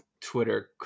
twitter